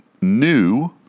new